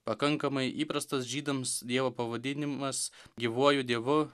pakankamai įprastas žydams dievo pavadinimas gyvuoju dievu